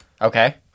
Okay